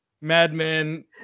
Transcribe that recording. madmen